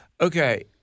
Okay